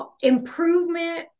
improvement